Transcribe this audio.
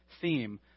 theme